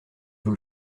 vous